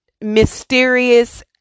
mysterious